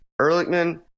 Ehrlichman